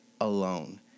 alone